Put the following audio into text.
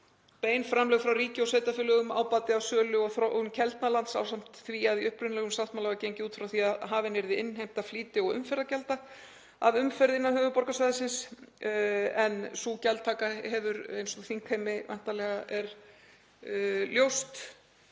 Bein framlög frá ríki og sveitarfélögum, ábati af sölu og þróun Keldnalands ásamt því að í upprunalegum sáttmála var gengið út frá því að hafin yrði innheimta flýti- og umferðargjalda af umferð innan höfuðborgarsvæðisins. Sú gjaldtaka hefur, eins og þingheimi er væntanlega ljóst,